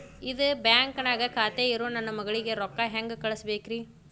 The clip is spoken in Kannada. ಇದ ಬ್ಯಾಂಕ್ ನ್ಯಾಗ್ ಖಾತೆ ಇರೋ ನನ್ನ ಮಗಳಿಗೆ ರೊಕ್ಕ ಹೆಂಗ್ ಕಳಸಬೇಕ್ರಿ?